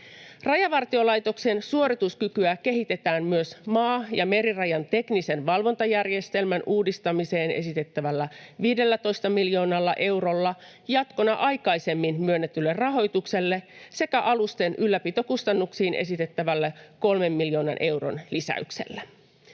Rajavartiolaitoksen suorituskykyä kehitetään myös maa‑ ja merirajan teknisen valvontajärjestelmän uudistamiseen esitettävällä 15 miljoonalla eurolla jatkona aikaisemmin myönnetylle rahoitukselle sekä alusten ylläpitokustannuksiin esitettävällä kolmen miljoonan euron lisäyksellä.